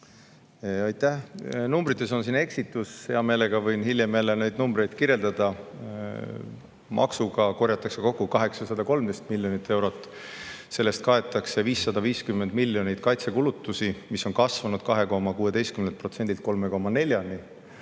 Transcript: Aitäh! Numbrites oli siin eksitus. Hea meelega võin hiljem jälle neid numbreid kirjeldada. Maksuga korjatakse kokku 813 miljonit eurot. Sellest 550 miljoniga kaetakse kaitsekulutusi, mis on kasvanud 2,16%‑lt